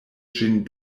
ĝin